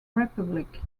republic